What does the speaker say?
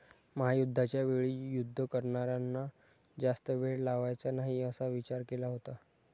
महायुद्धाच्या वेळी युद्ध करारांना जास्त वेळ लावायचा नाही असा विचार केला होता